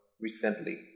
recently